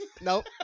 Nope